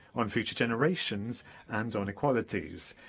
on future generations and on equalities.